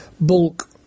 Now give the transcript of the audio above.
bulk